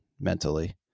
mentally